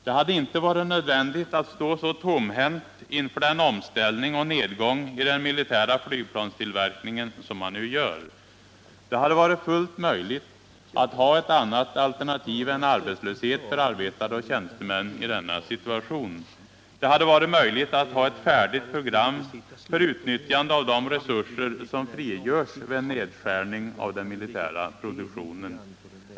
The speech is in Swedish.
Det hade inte varit nödvändigt att stå så tomhänt inför den omställning och nedgång i den militära flygplanstillverkningen som man nu gör. Det hade varit fullt möjligt att ha ett annat alternativ än arbetslöshet för arbetare och tjänstemän i denna situation. Det hade varit möjligt att ha ett färdigt program för utnyttjande av de resurser som frigörs vid en nedskärning av den militära produktionen.